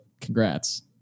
congrats